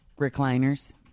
recliners